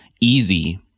easy